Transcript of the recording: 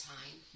Time